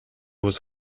was